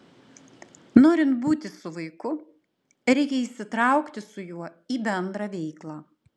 norint būti su vaiku reikia įsitraukti su juo į bendrą veiklą